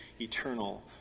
eternal